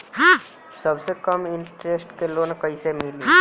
सबसे कम इन्टरेस्ट के लोन कइसे मिली?